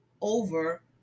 over